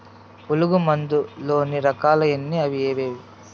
పులుగు మందు లోని రకాల ఎన్ని అవి ఏవి?